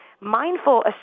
mindful